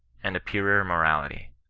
and a purer morality.